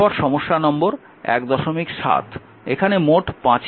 সুতরাং এরপর সমস্যা নম্বর 17